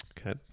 Okay